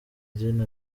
idini